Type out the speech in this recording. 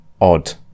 odd